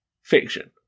fiction